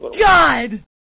God